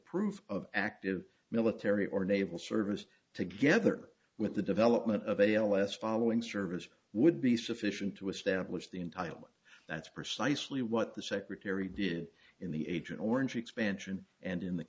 proof of active military or naval service together with the development of a ls following service would be sufficient to establish the entire that's precisely what the secretary did in the agent orange expansion and